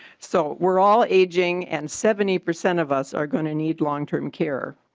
so we are all aging and seventy percent of us are going to need long-term care.